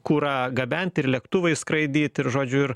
kurą gabent ir lėktuvais skraidyt ir žodžiu ir